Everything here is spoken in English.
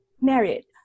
married